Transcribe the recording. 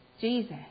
Jesus